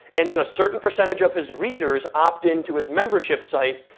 and then a certain percentage of his readers opt in to his membership site,